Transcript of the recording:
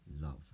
Love